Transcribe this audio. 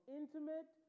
intimate